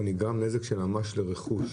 פה נגרם נזק של ממש לרכוש,